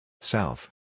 South